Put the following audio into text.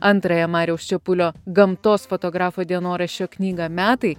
antrąją mariaus čepulio gamtos fotografo dienoraščio knygą metai